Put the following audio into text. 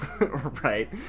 right